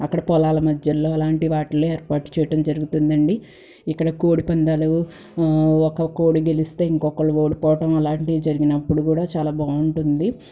అక్కడ పొలాల మధ్యల్లో అలాంటి వాటిల్లో ఏర్పాటు చేయడం జరగతుందండి ఇక్కడ కోడిపందాలు ఒక కోడి గెలిస్తే ఇంకొకళ్ళు ఓడిపోవడం అలాంటివి జరిగినప్పుడు కూడా చాలా బాగుంటుంది